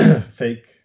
fake